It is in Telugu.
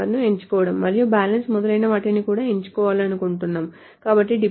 ano ను ఎంచుకోండి మరియు బాలన్స్ మొదలైన వాటిని కూడా ఎంచుకోవాలను కుంటున్నాము కాబట్టి depositor